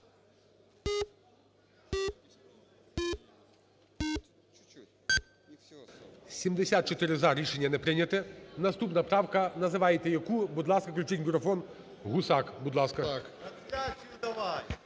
За-74 Рішення не прийнято. Наступна правка, називайте яку. Будь ласка, включіть мікрофон. Гусак, будь ласка.